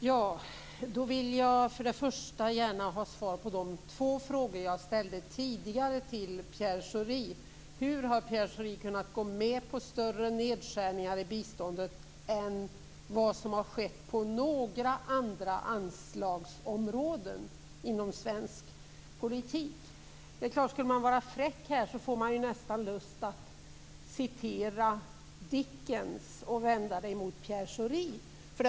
Fru talman! Jag vill gärna ha svar på de två frågor som jag ställde tidigare till Pierre Schori: Hur har Pierre Schori kunnat gå med på större nedskärningar i biståndet än vad som skett på några andra anslagsområden inom svensk politik? Skulle man vara fräck skulle man nästan citera Dickens och vända det mot Pierre Schori.